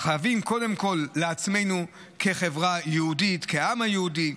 חייבים קודם כול לעצמנו כחברה יהודית, כעם היהודי,